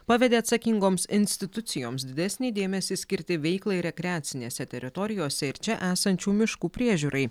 pavedė atsakingoms institucijoms didesnį dėmesį skirti veiklai rekreacinėse teritorijose ir čia esančių miškų priežiūrai